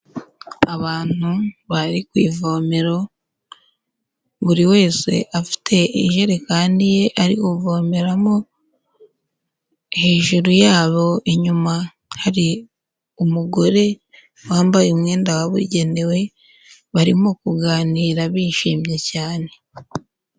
Abantu bari ku ivomero buri wese afite ijerekani ye ari kuvomeramo, hejuru yabo inyuma hari umugore wambaye umwenda wabugenewe, barimo kuganira bishimye cyane.